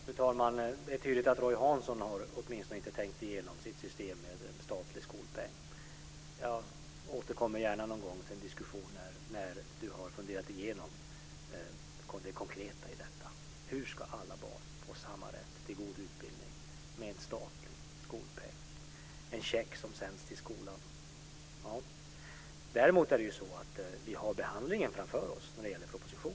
Fru talman! Det är tydligt att Roy Hansson inte har tänkt igenom systemet med statlig skolpeng. Jag återkommer gärna till en diskussion när han har funderat igenom det konkreta i detta. Hur ska alla barn få samma rätt till god utbildning med en statlig skolpeng - en check som sänds till skolan? Vi har behandlingen av propositionen framför oss.